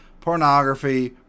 pornography